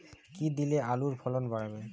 কী দিলে আলুর ফলন বাড়বে?